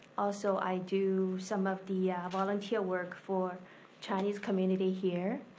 also i do some of the volunteer work for chinese community here,